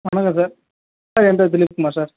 சொல்லுங்கள் sir sir என் பேர் தினேஷ் குமார் சார்